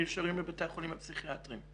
--- נשארים בבתי החולים הפסיכיאטריים.